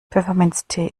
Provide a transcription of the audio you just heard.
pfefferminztee